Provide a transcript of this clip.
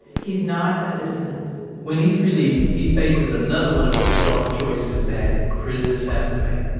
he's not a citizen when he's released he faces another one of those stark choices that prisoners have to make